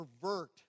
pervert